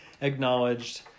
acknowledged